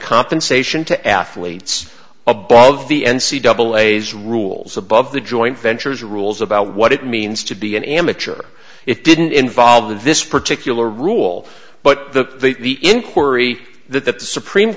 compensation to athletes a ball of the n c double a's rules above the joint ventures rules about what it means to be an amateur it didn't involve this particular rule but the the inquiry that the supreme